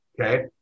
Okay